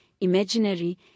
imaginary